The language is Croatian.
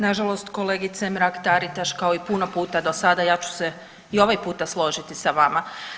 Nažalost kolegice Mrak Taritaš kao i puno puta do sada ja ću se i ovaj put složiti sa vama.